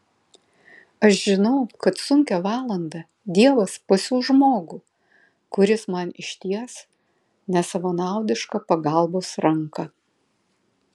aš žinau kad sunkią valandą dievas pasiųs žmogų kuris man išties nesavanaudišką pagalbos ranką